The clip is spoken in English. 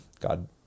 god